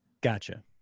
Gotcha